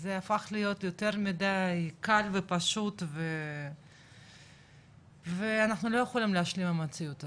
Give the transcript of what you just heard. זה הפך להיות קל ופשוט ואנחנו לא יכולים להשלים עם המציאות הזאת,